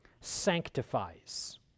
sanctifies